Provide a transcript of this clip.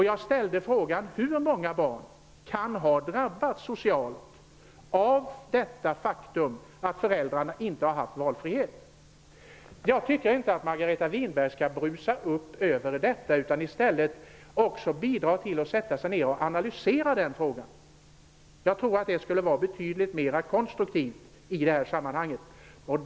Jag ställde frågan: Hur många barn kan ha drabbats socialt av det faktum att föräldrarna inte har haft valfrihet? Jag tycker inte att Margareta Winberg skall brusa upp över detta utan i stället sätta sig ner och analysera den frågan. Jag tror att det skulle vara betydligt mer konstruktivt i det här sammanhanget.